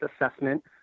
assessment